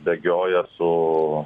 bėgioja su